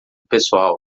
pessoal